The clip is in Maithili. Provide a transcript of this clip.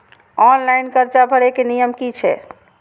ऑनलाइन कर्जा भरे के नियम की छे?